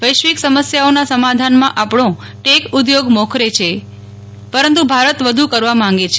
વૈશ્વિક સમસ્યાઓના સમાધાનમાં આપણો ટેક ઉદ્યોગ મોખરે છે પરંતુ ભારત વધુ કરવા માગે છે